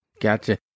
Gotcha